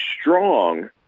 strong